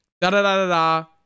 Da-da-da-da-da